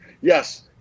Yes